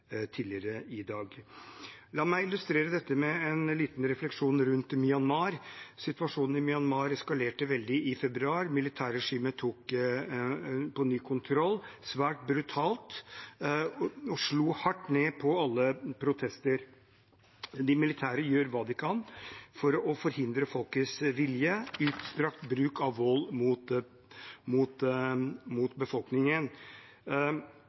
tidligere i dag. La meg illustrere dette med en liten refleksjon rundt Myanmar. Situasjonen i Myanmar eskalerte veldig i februar, militærregimet tok på ny kontroll, svært brutalt, og slo hardt ned på alle protester. De militære gjør hva de kan for å forhindre folkets vilje – utstrakt bruk av vold mot